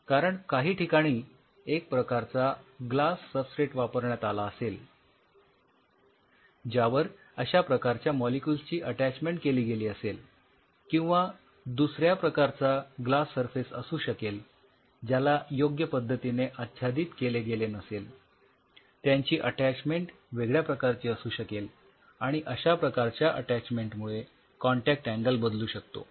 कारण काही ठिकाणी एक प्रकारचा ग्लास सबस्ट्रेट वापरण्यात आला असेल ज्यावर अश्या प्रकारच्या मॉलिक्युल्स ची अटॅचमेंट केली गेली असेल किंवा दुसऱ्या प्रकारचा ग्लास सरफेस असू शकेल ज्याला योग्य पद्धतीने आच्छादित केले गेले नसेल त्यांची अटॅचमेंट वेगळ्या प्रकारची असू शकेल आणि अश्या प्रकारच्या अटॅचमेंट मुळे कॉन्टॅक्ट अँगल बदलू शकतो